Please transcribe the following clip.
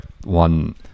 one